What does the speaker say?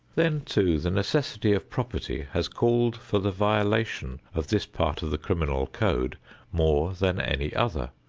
then too, the necessity of property has called for the violation of this part of the criminal code more than any other,